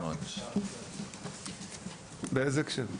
באיזה הקשר?